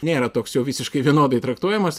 nėra toks jau visiškai vienodai traktuojamas